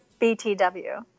btw